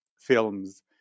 films